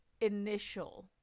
initial